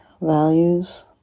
values